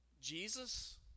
Jesus